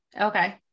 okay